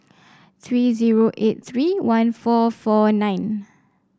three zero eight three one four four nine